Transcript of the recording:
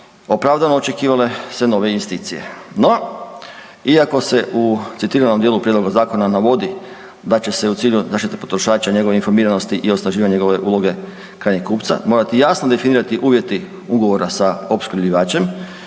opravdano očekivale se nove investicije. No iako se u citiranom dijelu prijedloga zakona navodi da će se u cilju zaštite potrošača i njegove informiranosti i osnaživanja njegove uloge krajnjeg kupca morati jasno definirati uvjeti ugovora sa opskrbljivačem